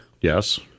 Yes